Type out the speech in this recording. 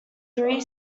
three